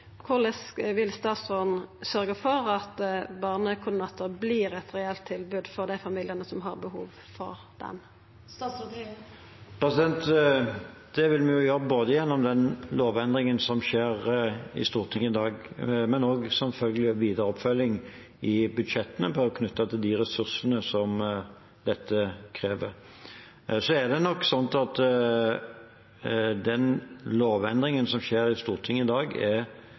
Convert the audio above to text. vil statsråden sørgja for at barnekoordinator vert eit reelt tilbod for dei familiane som har behov for det? Det vil vi gjøre gjennom den lovendringen som skjer i Stortinget i dag, men også selvfølgelig ved videre oppfølging i budsjettene knyttet til de ressursene som dette krever. Den lovendringen som skjer i Stortinget i dag,